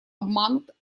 обманут